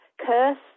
curse